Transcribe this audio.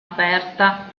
aperta